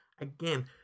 again